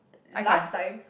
last time